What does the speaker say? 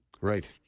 Right